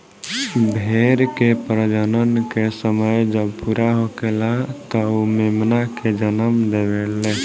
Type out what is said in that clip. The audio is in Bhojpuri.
भेड़ के प्रजनन के समय जब पूरा होखेला त उ मेमना के जनम देवेले